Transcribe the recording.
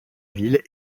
ville